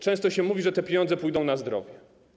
Często się mówi, że te pieniądze pójdą na zdrowie.